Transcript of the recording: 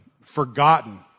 forgotten